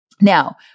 Now